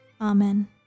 Amen